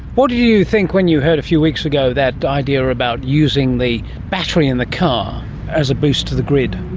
what did you think when you heard a few weeks ago that idea about using the battery in the car as a boost to the grid?